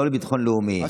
לא לביטחון לאומי,